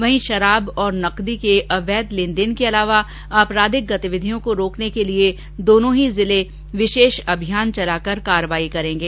वहीं शराब और नकदी के अवैध लेनदेन के अलावा आपराधिक गतिविधियों को रोकने के लिए दोनों ही जिले विशेष अभियान चलाकर कार्रवाई करेंगे